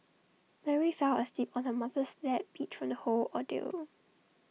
Mary fell asleep on her mother's lap beat from the whole ordeal